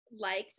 liked